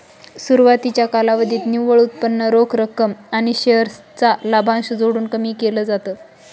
सुरवातीच्या कालावधीत निव्वळ उत्पन्न रोख रक्कम आणि शेअर चा लाभांश जोडून कमी केल जात